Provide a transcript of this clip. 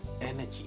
energy